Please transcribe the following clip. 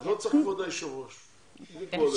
אז לא צריך כבוד היושב ראש, בלי כבוד היושב ראש.